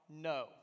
no